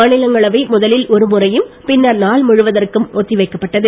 மாநிலங்களவை முதலில் ஒரு முறையும் பின்னர் நாள் முழுவதற்கும் ஒத்தி வைக்கப்பட்டது